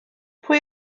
pwy